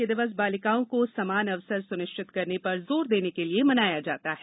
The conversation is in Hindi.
यह दिवस बालिकाओं को समान अवसर सुनिश्चित करने पर जोर देने के लिए मनाया जाता है